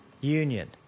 union